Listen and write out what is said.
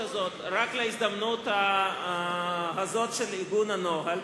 הזאת רק להזדמנות הזאת של עיגון הנוהל.